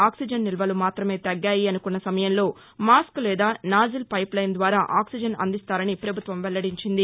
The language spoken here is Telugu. ఆక్సిజన్ నిల్వలు మాత్రమే తగ్గాయి అనుకున్న సమయంలో మాస్క్ లేదా నాజిల్ పైప్లైన్ ద్వారా ఆక్సిజన్ అందిస్తారని ప్రభుత్వం వెల్లడించింది